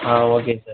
ah okay sir